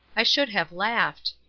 i should have laughed.